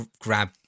grab